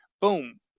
boom